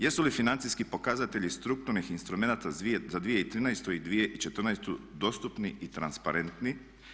Jesu li financijski pokazatelji strukturnih instrumenata za 2013.i 2014.dostupni i transparentni?